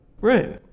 room